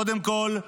קודם כול,